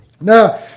Now